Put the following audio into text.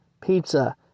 Pizza